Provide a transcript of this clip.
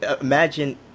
Imagine